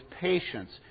patience